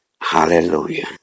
Hallelujah